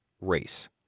race